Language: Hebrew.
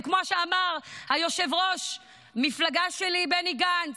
וכמו שאמר יושב-ראש המפלגה שלי בני גנץ: